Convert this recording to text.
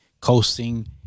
coasting